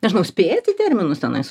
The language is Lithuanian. nežinau spėjat į terminus tenais